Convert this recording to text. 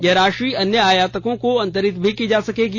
यह राशि अन्य आयातकों को अंतरित भी की जा सकेगी